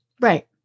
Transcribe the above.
Right